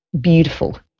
beautiful